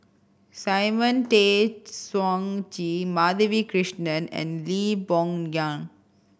Simon Tay Seong Chee Madhavi Krishnan and Lee Boon Ngan